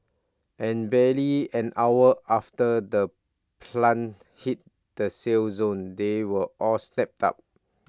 and barely an hour after the plants hit the sale zone they were all snapped up